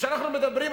כשאנחנו אומרים,